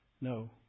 no